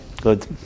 good